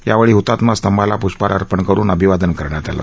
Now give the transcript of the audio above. यावेळी हतात्मा स्तभांस प्ष्पहार अर्पण करून अभिवादन करण्यात आलं